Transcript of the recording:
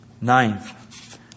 Ninth